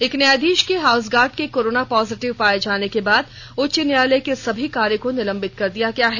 एक न्यायाधीश के हाउस गार्ड के कोरोना पॉजिटिव पाए जाने के बाद उच्च न्यायालय के सभी कार्य को निलंबित कर दिया गया है